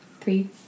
Three